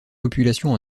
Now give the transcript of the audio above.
populations